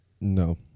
No